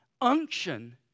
unction